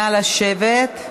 נא לשבת.